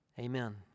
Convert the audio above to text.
Amen